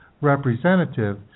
representative